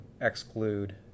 exclude